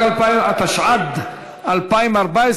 התשע"ד 2014,